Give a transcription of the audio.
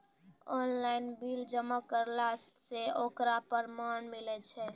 Online bill जमा करला से ओकरौ परमान मिलै छै?